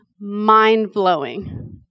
mind-blowing